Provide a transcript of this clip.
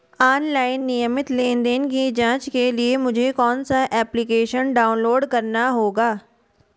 Online नियमित लेनदेन की जांच के लिए मुझे कौनसा एप्लिकेशन डाउनलोड करना होगा?